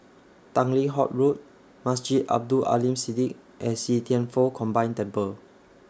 Tanglin Halt Road Masjid Abdul Aleem Siddique and See Thian Foh Combined Temple